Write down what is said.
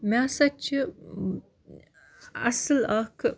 مےٚ ہسا چھِ ٲں اصٕل اَکھ